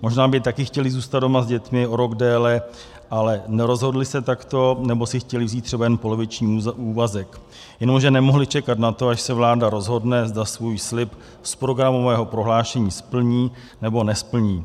Možná by taky chtěli zůstat doma s dětmi o rok déle, ale nerozhodli se takto, nebo si chtěli vzít třeba jen poloviční úvazek, jenomže nemohli čekat na to, až se vláda rozhodne, zda svůj slib z programového prohlášení splní, nebo nesplní.